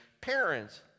parents